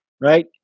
Right